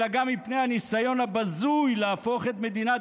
אלא גם מפני הניסיון הבזוי להפוך את מדינת